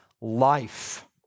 life